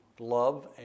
love